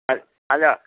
ಅಲ್ ಅಲ್ಲೋ